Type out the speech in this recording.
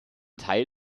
teil